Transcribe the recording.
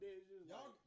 Y'all